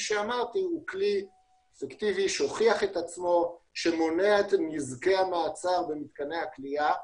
שאמרתי הוא כלי אפקטיבי שהוכיח את עצמו שמונע את נזקי המעצר במתקני הכליאה.